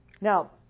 Now